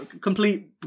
complete